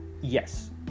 Yes